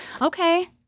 okay